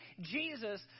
Jesus